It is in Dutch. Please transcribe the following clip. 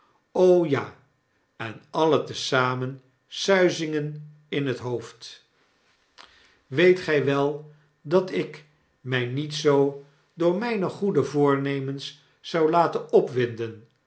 ja en alien te zamen suizingen in het hoofd weet gy wel dat ik my niet zoo door myne goede voornemens zou laten opwinden